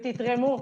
ותתרמו.